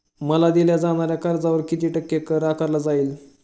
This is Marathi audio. मला दिल्या जाणाऱ्या कर्जावर किती टक्के कर आकारला जाईल?